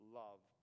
love